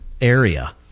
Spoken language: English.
area